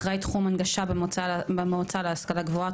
אחראי תחום הנגשה במועצה להשכלה גבוהה,